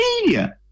media